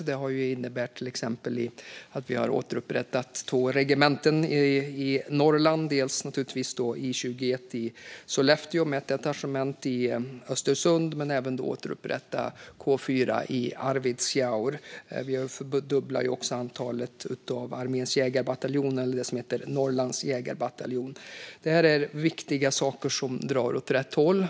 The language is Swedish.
Det har till exempel inneburit att vi har återupprättat två regementen i Norrland, dels I 21 i Sollefteå, med ett detachement i Östersund, dels K 4 i Arvidsjaur. Vi har fördubblat antalet när det gäller Arméns jägarbataljon eller Norrlands jägarbataljon. Detta är viktiga saker som drar åt rätt håll.